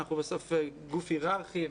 בסוף אנחנו גוף היררכי,